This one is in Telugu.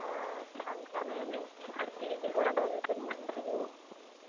ఆ అందుకనే మీరు పీజీ కూడా చదువుతే మంచిది